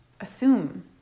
assume